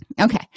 Okay